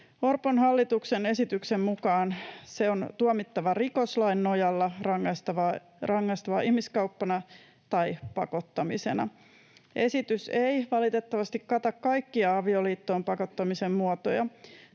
Orpon hallituksen esityksen mukaan se on tuomittava rikoslain nojalla, rangaistava ihmiskauppana tai pakottamisena. Esitys ei valitettavasti kata kaikkia avioliittoon pakottamisen muotoja.